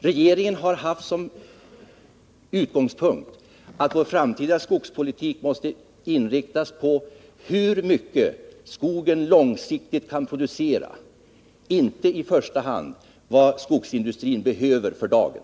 Regeringen har haft som utgångspunkt att vår framtida skogspolitik måste inriktas på hur mycket skogen långsiktigt kan producera —inte i första hand på vad skogsindustrin behöver för dagen.